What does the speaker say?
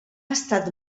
estat